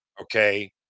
okay